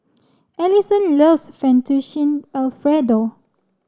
Alison loves Fettuccine Alfredo